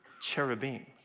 cherubim